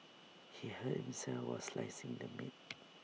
he hurt himself while slicing the meat